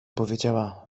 powiedziała